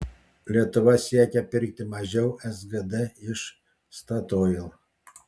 lietuva siekia pirkti mažiau sgd iš statoil